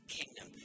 kingdom